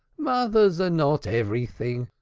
mothers are not everything.